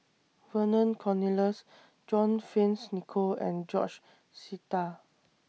Vernon Cornelius John Fearns Nicoll and George Sita